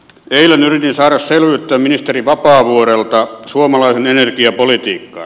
eilen yritin saada selvyyttä ministeri vapaavuorelta suomalaiseen energiapolitiikkaan